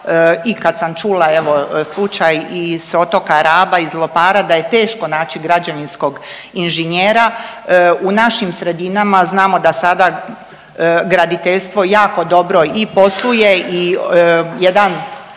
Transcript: i kad sam čula evo slučaj iz otoka Raba, iz Lopara da je teško naći građevinskog inženjera u našim sredinama, a znamo da sada graditeljstvo jako dobro i posluje i jedan,